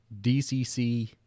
DCC-